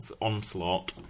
onslaught